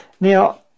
Now